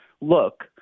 look